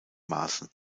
maßen